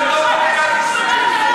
גם את המשפחות השכולות את רוצה להשתיק?